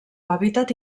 hàbitat